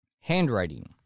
handwriting